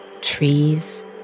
Trees